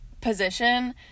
position